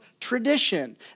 tradition